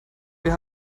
wir